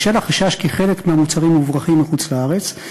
בשל החשש כי חלק מהמוצרים מוברחים מחוץ-לארץ,